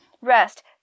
rest